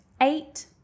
eight